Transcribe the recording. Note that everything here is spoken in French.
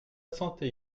santé